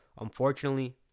Unfortunately